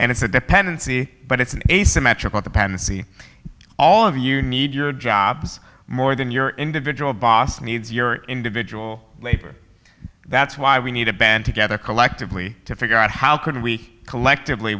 and it's a dependency but it's an asymmetrical dependency all of you need your jobs more than your individual boss needs your individual labor that's why we need to band together collectively to figure out how can we collectively